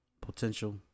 potential